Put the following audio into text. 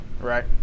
Right